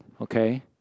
okay